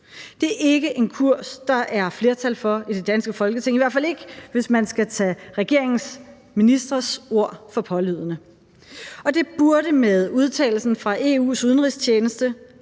Det er ikke en kurs, der er flertal for i det danske Folketing, i hvert fald ikke, hvis man skal tage regeringens ministres ord for pålydende. Og det burde med udtalelsen fra EU's udenrigstjeneste